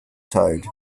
toad